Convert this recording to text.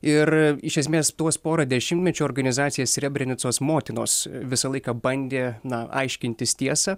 ir iš esmės tuos porą dešimtmečių organizacija srebrenicos motinos visą laiką bandė na aiškintis tiesą